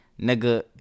nigga